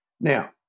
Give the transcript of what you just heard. Now